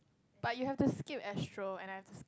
but you have to skip Astro and I have